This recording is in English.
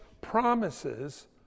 promises